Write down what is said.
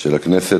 של הכנסת.